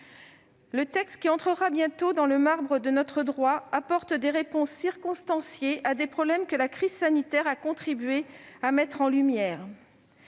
Le texte qui sera bientôt gravé dans le marbre de notre droit apporte des réponses circonstanciées à des problèmes que la crise sanitaire a contribué à mettre en lumière.